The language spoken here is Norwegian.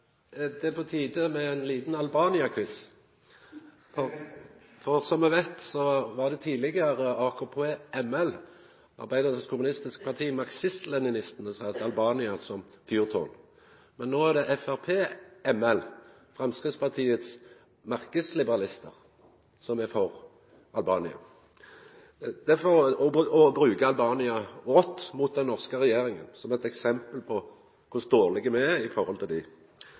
Det er på tide med ein liten Albania-quiz. Som me veit, var det tidlegare AKP – Arbeidernes Kommunistparti marxist-leninistene – som hadde Albania som fyrtårn. Men no er det FrP – Framstegspartiets marknadsliberalistar – som er for Albania, og brukar Albania rått mot den norske regjeringa som eit eksempel på kor dårlege me er i forhold til dei.